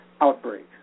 outbreaks